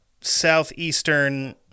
southeastern